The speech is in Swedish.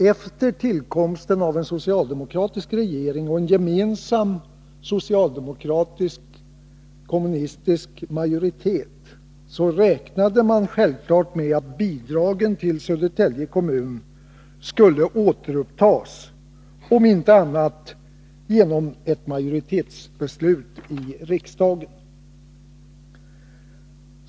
Efter tillkomsten av en socialdemokratisk regering och en gemensam socialdemokratisk-kommunistisk majoritet räknade man självfallet med att bidragen till Södertälje kommun skulle återupptas, om inte på annat sätt så genom ett majoritetsbeslut i riksdagen.